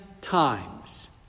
times